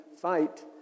fight